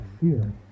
fear